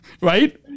right